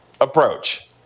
approach